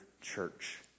church